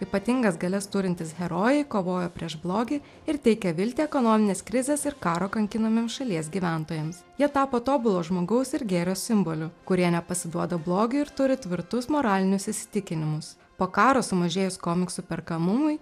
ypatingas galias turintys herojai kovojo prieš blogį ir teikė viltį ekonominės krizės ir karo kankinamiems šalies gyventojams jie tapo tobulo žmogaus ir gėrio simboliu kurie nepasiduoda blogiui ir turi tvirtus moralinius įsitikinimus po karo sumažėjus komiksų perkamumui